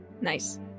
Nice